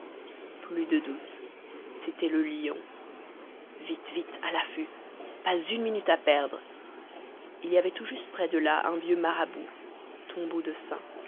plus de doute c'était le lion vite vite à l'affût pas une minute à perdre il y avait tout juste près de là un vieux marabout